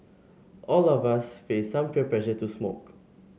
all of us faced some peer pressure to smoke